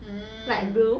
mm